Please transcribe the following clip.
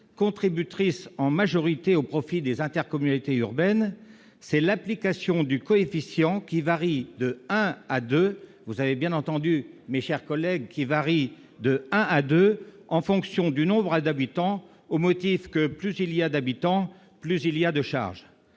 contributrices en majorité au profit des intercommunalités urbaines, c'est surtout l'application du coefficient qui varie de 1 à 2- vous avez bien entendu, mes chers collègues, de 1 à 2 ! -en fonction du nombre d'habitants, au motif que, plus il y a d'habitants, plus il y a de charges.